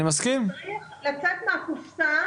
צריך לצאת מהקופסה